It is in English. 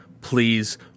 please